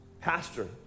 pastor